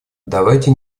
давайте